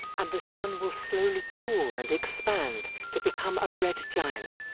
and the sun will slowly cool and expand to become a red giant,